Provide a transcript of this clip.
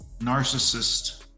narcissist